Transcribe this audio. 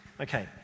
Okay